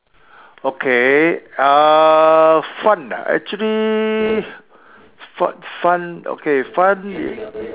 okay uh fun ah actually fun fun okay fun